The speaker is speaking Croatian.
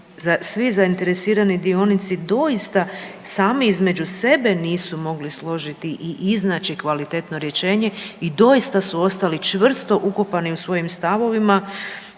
svi zainteresirani dionici doista sami između sebe nisu mogli složiti i iznaći kvalitetno rješenje i doista su ostali čvrsto ukopani u svojim stavovima